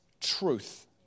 truth